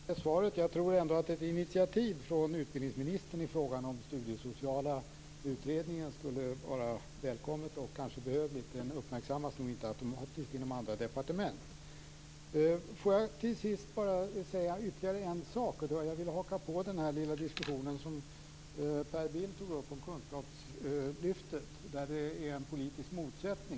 Fru talman! Jag tackar för svaret. Jag tror ändå att ett initiativ från utbildningsministern i fråga om den studiesociala utredningen skulle vara välkommet och kanske behövligt. Den uppmärksammas nog inte automatiskt inom andra departement. Får jag till sist bara säga ytterligare en sak. Jag vill haka på den diskussion som Per Bill tog upp om kunskapslyftet. Där är det en politisk motsättning.